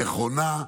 הנכונה,